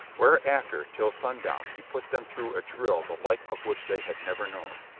whereafter, till sundown, he put them through a drill the like of which they had never known.